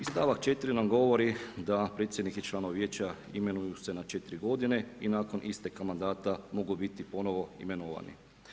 Stavak 4. nam govori da predsjednik i članovi vijeća imenuju se na 4 godine i nakon isteka mandata mogu biti ponovo imenovani.